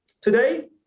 today